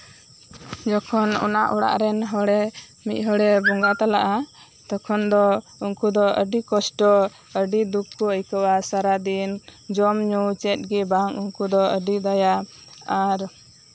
ᱡᱚᱠᱷᱚᱱ ᱚᱱᱟ ᱚᱲᱟᱜ ᱨᱮ ᱢᱤᱫ ᱦᱚᱲᱮ ᱵᱚᱸᱜᱟ ᱛᱟᱞᱟᱜᱼᱟ ᱛᱚᱠᱷᱚᱱ ᱫᱚ ᱩᱱᱠᱩ ᱟᱹᱰᱤ ᱠᱚᱥᱴᱚ ᱟᱹᱰᱤ ᱫᱩᱠ ᱠᱚ ᱟᱹᱭᱠᱟᱹᱣᱟ ᱥᱟᱨᱟᱫᱤᱱ ᱡᱚᱢ ᱧᱩ ᱪᱮᱫ ᱜᱮ ᱵᱟᱝ ᱩᱱᱠᱩ ᱫᱤ ᱟᱹᱰᱤ ᱫᱟᱭᱟ ᱟᱨ